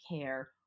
care